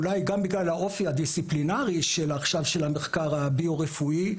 אולי גם בגלל האופי הדיסציפלינרי של המחקר הביו רפואי,